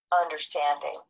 understanding